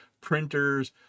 printers